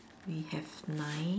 we have nine